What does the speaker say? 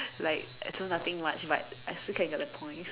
like so nothing much but I still can get the points